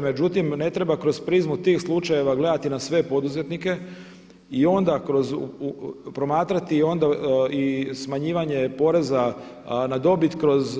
Međutim, ne treba kroz prizmu tih slučajeva gledati na sve poduzetnike i onda kroz, promatrati i smanjivanje poreza na dobit kroz